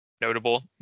Notable